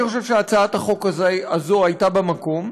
אני חושב שהצעת החוק הזאת הייתה במקום.